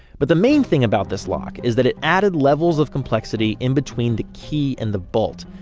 but the main thing about this lock is that it added levels of complexity in between the key and the bolt.